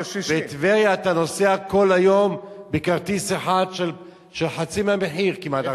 6.60. בטבריה אתה נוסע כל היום בכרטיס אחד בחצי המחיר כמעט,